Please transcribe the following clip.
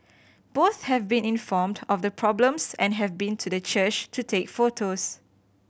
both have been informed of the problems and have been to the church to take photos